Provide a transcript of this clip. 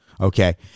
Okay